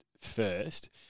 first